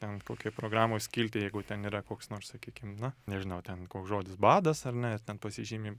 ten kokioj programos skilty jeigu ten yra koks nors sakykim na nežinau ten koks žodis badas ar ne ir ten pasižymim